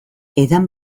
edan